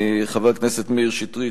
חבר הכנסת מאיר שטרית,